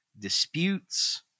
disputes